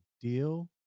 deal